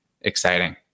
exciting